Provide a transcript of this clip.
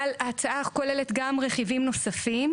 אבל ההצעה כוללת גם רכיבים נוספים